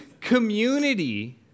community